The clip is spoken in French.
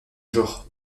genre